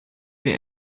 wer